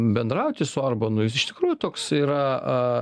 bendrauti su orbanu jis iš tikrųjų toks yra